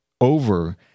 over